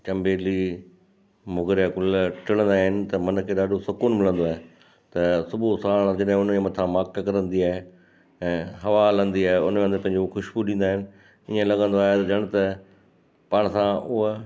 चमेली मोगरे जा गुल टिणंदा आहिनि त मन खे ॾाढो सुकून मिलंदो आहे त सुबुह साण जॾहिं उनजे मथां माक किरंदी आहे ऐं हवा हलंदी आहे उनमें हू पंहिंजो खुशबू ॾींदा आहिनि ईंअ लॻंदो आहे ॼण त पाण सां हूअ